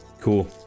cool